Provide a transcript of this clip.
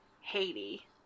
Haiti